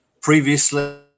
previously